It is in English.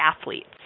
athletes